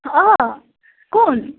অঁ কোন